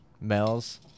Mel's